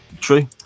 true